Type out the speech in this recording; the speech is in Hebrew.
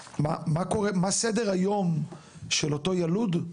מה סדר היום של אותו יילוד?